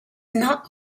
not